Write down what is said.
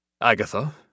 Agatha